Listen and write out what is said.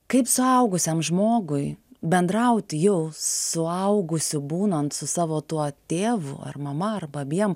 kaip suaugusiam žmogui bendrauti jau suaugusiu būnant su savo tuo tėvu ar mama arba abiem